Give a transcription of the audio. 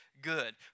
good